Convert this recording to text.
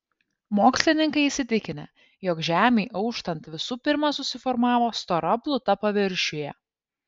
mokslininkai įsitikinę jog žemei auštant visų pirma susiformavo stora pluta paviršiuje